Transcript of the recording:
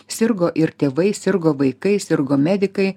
sirgo ir tėvai sirgo vaikai sirgo medikai